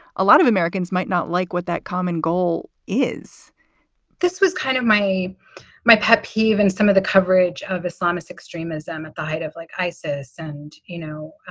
a lot of americans might not like what that common goal is this was kind of my my pet peeve in some of the coverage of islamist extremism, a diet of like isis and, you know,